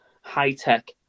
high-tech